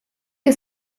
que